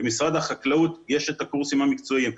במשרד החקלאות יש את הקורסים המקצועיים,